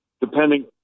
depending